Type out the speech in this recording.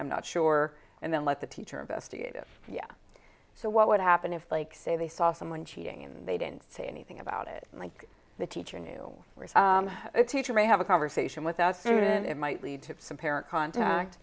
i'm not sure and then let the teacher investigate this so what would happen if they say they saw someone cheating and they didn't say anything about it like the teacher knew a teacher may have a conversation without food and it might lead to some parent contact